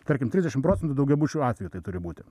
tarkim trisdešimt procentų daugiabučių atveju tai turi būti